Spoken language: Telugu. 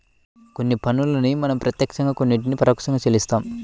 కొన్ని పన్నుల్ని మనం ప్రత్యక్షంగా కొన్నిటిని పరోక్షంగా చెల్లిస్తాం